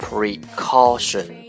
Precaution